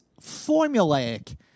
formulaic